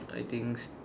I think